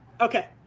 Okay